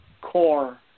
core